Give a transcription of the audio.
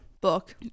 book